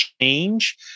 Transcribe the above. change